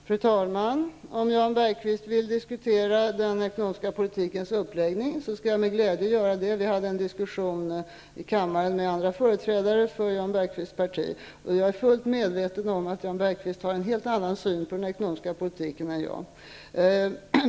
Fru talman! Om Jan Bergqvist vill diskutera den ekonomiska politikens uppläggning skall jag med glädje göra det. Jag hade nyligen en diskussion i kammaren med andra företrädare för Jan Bergqvists parti. Och jag är fullt medveten om att Jan Bergqvist har en helt annan syn på den ekonomiska politiken än jag.